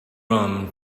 rum